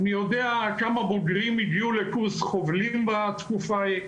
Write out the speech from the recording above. אני יודע כמה בוגרים הגיעו לקורס חובלים בתקופה ההיא.